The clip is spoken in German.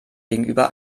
gegenüber